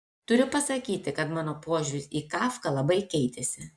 turiu pasakyti kad mano požiūris į kafką labai keitėsi